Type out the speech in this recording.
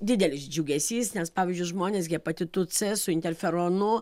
didelis džiugesys nes pavyzdžiui žmonės hepatitu c su interferonu